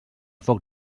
foc